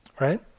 right